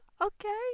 okay